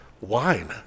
wine